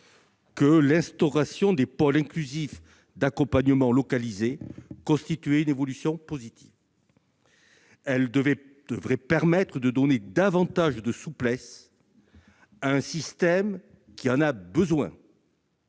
que la création des pôles inclusifs d'accompagnement localisés constituait une évolution positive : elle devrait permettre de donner davantage de souplesse à un système qui en a besoin-